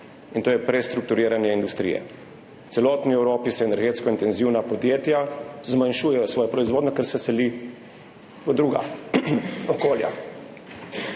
in to je prestrukturiranje industrije. V celotni Evropi energetsko intenzivna podjetja zmanjšujejo svojo proizvodnjo, ker se seli v druga okolja.